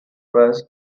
press